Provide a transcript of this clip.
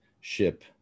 ship